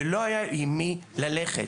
ולא היה למי ללכת.